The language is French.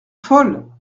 folle